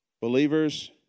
believers